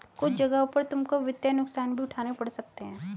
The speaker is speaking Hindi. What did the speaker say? कुछ जगहों पर तुमको वित्तीय नुकसान भी उठाने पड़ सकते हैं